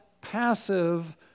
passive